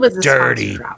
dirty